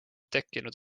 tekkinud